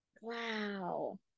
Wow